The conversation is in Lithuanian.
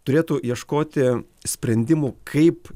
turėtų ieškoti sprendimų kaip